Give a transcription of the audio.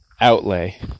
outlay